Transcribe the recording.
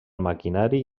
maquinari